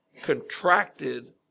contracted